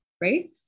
right